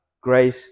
grace